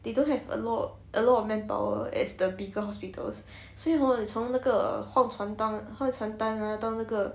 they don't have a lot a lot of manpower as the bigger hospitals 所以 hor 你从那个换床换床单啊到那个